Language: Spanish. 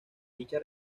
dicha